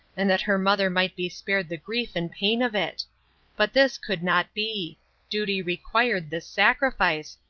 and that her mother might be spared the grief and pain of it but this could not be duty required this sacrifice,